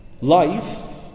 Life